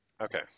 Okay